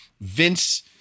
Vince